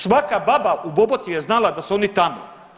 Svaka baba u Boboti je znala da su oni tamo.